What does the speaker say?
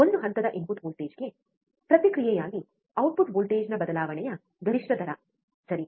ಒಂದು ಹಂತದ ಇನ್ಪುಟ್ ವೋಲ್ಟೇಜ್ಗೆ ಪ್ರತಿಕ್ರಿಯೆಯಾಗಿ ಔಟ್ಪುಟ್ ವೋಲ್ಟೇಜ್ನ ಬದಲಾವಣೆಯ ಗರಿಷ್ಠ ದರ ಸರಿ